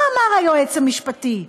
מה אמר היועץ המשפטי?